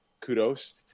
kudos